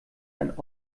ein